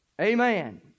Amen